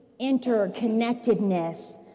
interconnectedness